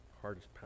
hardest